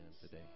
today